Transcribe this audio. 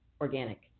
organic